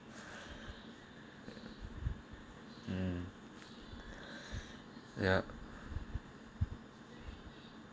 um yup